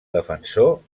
defensor